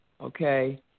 okay